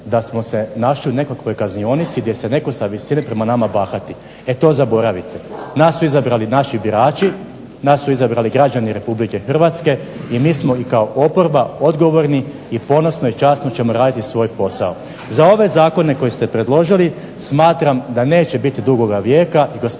da smo se našli u nekakvoj kaznionici gdje se netko sa visine prema nama bahati. E to zaboravite. Nas su izabrali naši birači, nas su izabrali građani Republike Hrvatske i mi smo i kao oporba odgovorni i ponosno i časno ćemo raditi svoj posao. Za ove zakone koje ste predložili smatram da neće biti dugoga vijeka, i gospodine